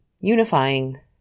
unifying